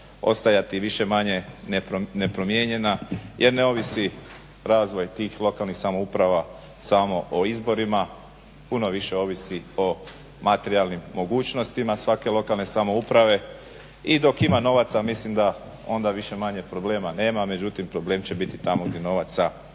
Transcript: ostajati više-manje nepromijenjena. Jer ne ovisi razvoj tih lokalnih samouprava samo o izborima, puno više ovisi o materijalnim mogućnostima svake lokalne samouprave i dok ima novaca mislim da onda više-manje problema nema, međutim problem će biti tamo gdje novaca nema,